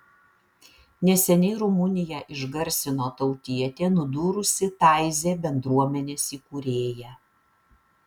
neseniai rumuniją išgarsino tautietė nudūrusi taizė bendruomenės įkūrėją